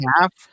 half